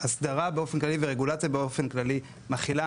הסדרה באופן כללי ורגולציה באופן כללי מכילה